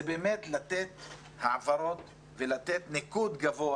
זה באמת לתת העברות ולתת ניקוד גבוה